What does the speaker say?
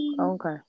okay